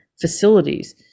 facilities